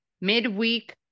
midweek